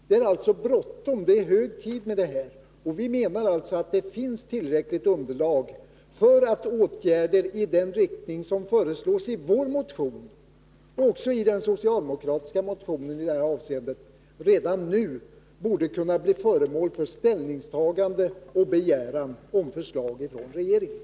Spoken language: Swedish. Det är alltså bråttom. Det är hög tid. Vi menar alltså att det finns tillräckligt underlag för att åtgärder i den riktning som föreslås i vår motion, och också i den socialdemokratiska motionen i detta avseende, redan nu borde kunna bli föremål för riksdagens ställningstagande och begäran om förslag från regeringen.